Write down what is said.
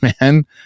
man